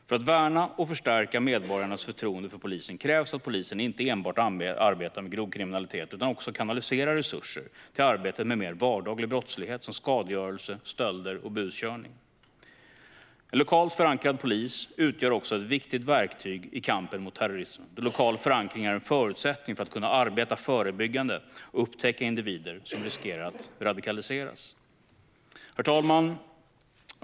För att värna och förstärka medborgarnas förtroende för polisen krävs att polisen inte enbart arbetar med grov kriminalitet utan också kanaliserar resurser till arbetet med mer vardaglig brottslighet som skadegörelse, stölder och buskörningar. En lokalt förankrad polis utgör också ett viktigt verktyg i kampen mot terrorismen, eftersom lokal förankring är en förutsättning för att kunna arbeta förebyggande och upptäcka individer som riskerar att radikaliseras. Herr talman!